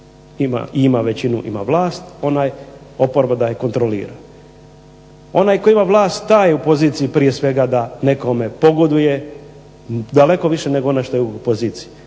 ima većinu, ima vlast, onaj, oporba da je kontrolira. Onaj koji ima vlast taj je u poziciji prije svega da nekome pogoduje, daleko više nego onaj što je u poziciji,